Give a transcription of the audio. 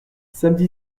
samedi